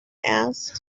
asked